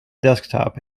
desktop